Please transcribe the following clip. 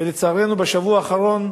ולצערנו, בשבוע האחרון,